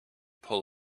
pull